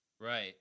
Right